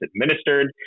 administered